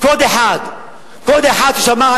קוד אחד,